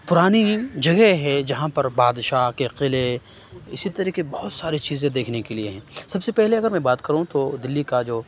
پُرانی جگہ ہے جہاں پر بادشاہ کے قلعے اِسی طرح کے بہت ساری چیزیں دیکھنے کے لیے ہیں سب سے پہلے اگر میں بات کروں تو دلّی کا جو